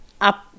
up